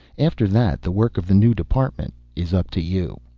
after that the work of the new department is up to you.